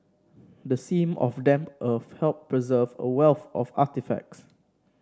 the seam of damp earth helped preserve a wealth of artefacts